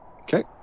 Okay